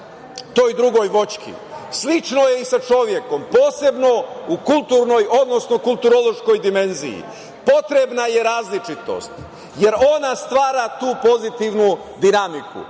toj drugoj voćki. Slično je i sa čovekom, posebno u kulturnoj, odnosno kulturološkoj dimenziji. Potrebna je različitost, jer ona stvara tu pozitivnu dinamiku. Jedan